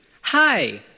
hi